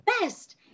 best